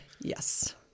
Yes